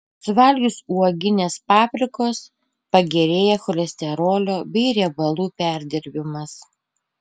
suvalgius uoginės paprikos pagerėja cholesterolio bei riebalų perdirbimas